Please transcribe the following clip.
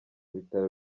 bitaro